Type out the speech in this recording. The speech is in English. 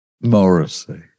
Morrissey